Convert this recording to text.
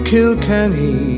Kilkenny